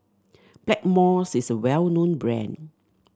Blackmores is well known brand